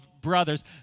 brothers